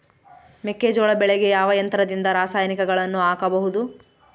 ಮೆಕ್ಕೆಜೋಳ ಬೆಳೆಗೆ ಯಾವ ಯಂತ್ರದಿಂದ ರಾಸಾಯನಿಕಗಳನ್ನು ಹಾಕಬಹುದು?